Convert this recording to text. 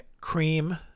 cream